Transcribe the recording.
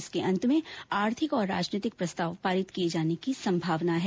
इसके अंत में आर्थिक और राजनीतिक प्रस्ताव पारित किए जाने की संभावना है